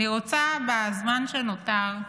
בזמן שנותר,